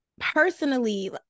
personally